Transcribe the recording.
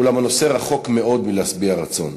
אולם הנושא רחוק מאוד מלהשביע רצון,